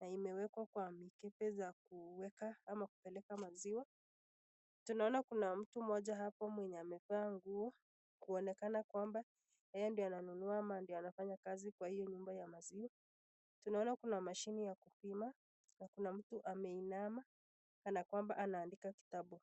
na imewekwa kwa mikebe za kuweka ama kupeleka maziwa. Tunaona kuna mtu mmoja hapo mwenye amevaa nguo kuonekana kwamba yeye ndiye ananunua ama anafanya kazi kwa hiyo nyumba ya maziwa. Tunaona mashine ya kupima na kuna mtu ameinama kana kwamba anaandika kitabu.